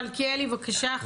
מלכיאלי, בבקשה.